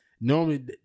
Normally